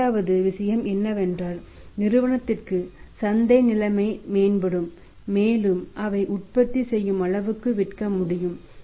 இரண்டாவது விஷயம் என்னவென்றால் நிறுவனத்திற்கு சந்தை நிலைமை மேம்படும் மேலும் அவை உற்பத்தி செய்யும் அளவுக்கு விற்க முடியும்